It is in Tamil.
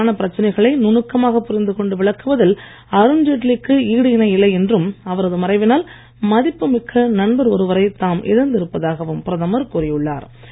சிக்கலான பிரச்னைகளை நுணுக்கமாக புரிந்து கொண்டு விளக்குவதில் அருண்ஜெட்லிக்கு ஈடு இணை இல்லை என்றும் அவரது மறைவினால் மதிப்புமிக்க நண்பர் ஒருவரை தாம் இழந்து இருப்பதாகவும் பிரதமர் கூறியுள்ளார்